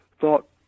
thought